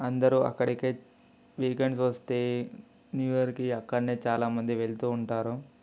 అందరూ అక్కడికే వీకెండ్స్ వస్తే న్యూ ఇయర్కి అక్కడనే చాలామంది వెళ్తూ ఉంటారు